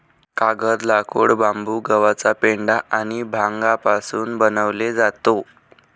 कागद, लाकूड, बांबू, गव्हाचा पेंढा आणि भांगापासून बनवले जातो